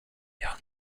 young